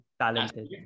talented